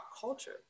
culture